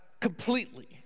completely